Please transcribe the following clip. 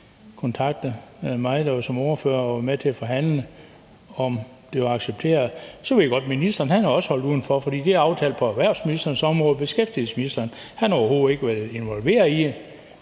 kontaktet mig, der som ordfører var med til at forhandle, om, om det var accepteret. Så ved jeg godt, at ministeren også er holdt udenfor, for det er aftalt på erhvervsministerens område. Beskæftigelsesministeren har overhovedet ikke været involveret i